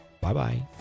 bye-bye